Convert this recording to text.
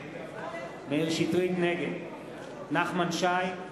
נגד נחמן שי,